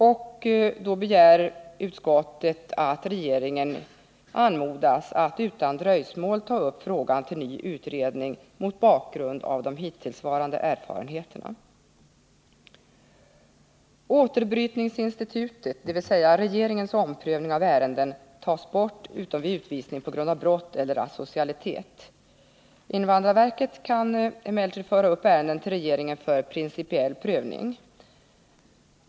och utskottet begär att regeringen anmodas att utan dröjsmål ta upp frågan till ny utredning mot bakgrund av de hittillsvarande erfarenheterna. Återbrytningsinstitutet, dvs. regeringens omprövning av ärenden, tas bort utom vid utvisning på grund av brott eller asocialitet. Invandrarverket kan emellertid föra upp ärenden till regeringen för t.ex. principiell prövning.